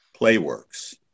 Playworks